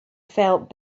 felt